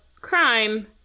crime